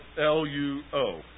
l-u-o